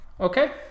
Okay